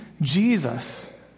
Jesus